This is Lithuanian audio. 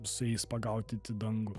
su jais pagaudyti dangų